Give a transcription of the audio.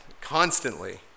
constantly